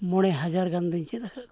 ᱢᱚᱬᱮ ᱦᱟᱡᱟᱨ ᱜᱟᱱᱫᱚᱧ ᱪᱮᱫ ᱟᱠᱟᱫ ᱠᱚᱣᱟ